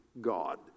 God